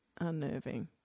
unnerving